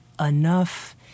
enough